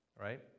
right